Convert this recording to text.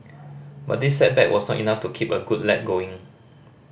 but this setback was not enough to keep a good lad going